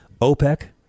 OPEC